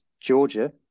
Georgia